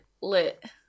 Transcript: lit